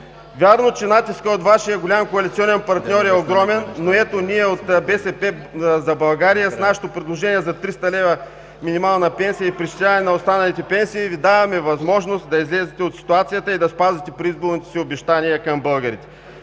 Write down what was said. Вярно е, че натискът от Вашия голям коалиционен партньор е огромен, но ето – ние от „БСП за България“, с нашето предложение за 300 лв. минимална пенсия и преизчисляване на останалите пенсии Ви даваме възможност да излезете от ситуацията и да спазите предизборното си обещание към българите.